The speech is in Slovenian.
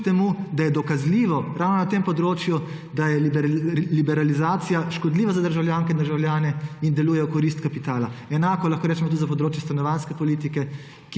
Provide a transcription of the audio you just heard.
da je dokazljivo ravno na tem področju, da je liberalizacija škodljiva za državljanke in državljane in deluje v korist kapitala. Enako lahko rečemo tudi za področje stanovanjske politike,